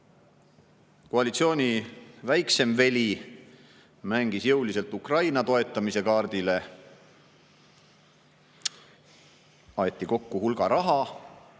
Koalitsiooni väiksem veli mängis jõuliselt välja Ukraina toetamise kaardi, aeti kokku hulk raha,